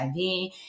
HIV